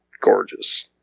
gorgeous